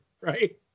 right